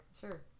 sure